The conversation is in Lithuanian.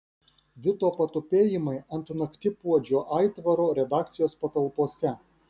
vito patupėjimai ant naktipuodžio aitvaro redakcijos patalpose